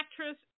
actress